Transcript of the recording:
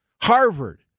Harvard